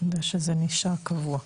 שזה נשאר קבוע,